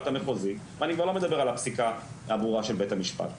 המחוזי ואני כבר לא מדבר על הפסיקה הברורה של בית המשפט,